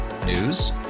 News